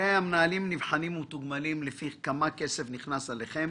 הרי המנהלים נבחנים ומתוגמלים לפי כמה כסף נכנס אליכם